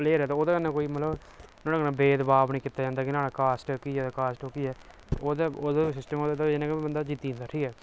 player ऐ ते ओह्दे कन्नै कोई मतलब ओह्दे कन्नै भेदभाव नेईं कीता जंदा कास्ट एह्की ऐ कास्ट ओह्की ऐ ओह्दा ओह्दा सिस्टम होंदा जेह्दे कन्नै बन्दा जित्ती जंदा ठीक ऐ